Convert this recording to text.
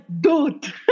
dude